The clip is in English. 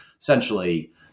essentially